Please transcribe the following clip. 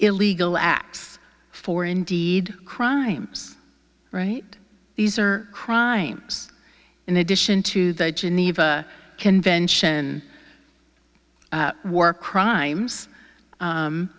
illegal acts for indeed crimes right these are crimes in addition to the geneva convention war crimes